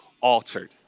altered